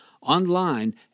online